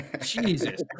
Jesus